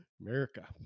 America